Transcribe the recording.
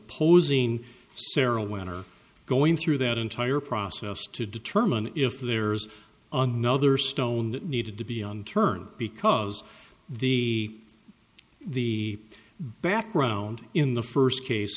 opposing sarah when are going through that entire process to determine if there's another stone that needed to be unturned because the the background in the first case